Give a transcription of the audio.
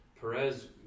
Perez